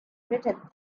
greeted